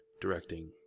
directing